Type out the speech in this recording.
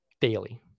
daily